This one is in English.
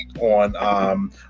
on